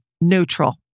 neutral